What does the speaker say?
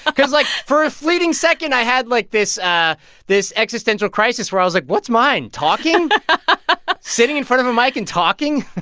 because, like, for a fleeting second, i had, like, this ah this existential crisis where i was like what's mine, talking ah sitting in front of a mic and talking?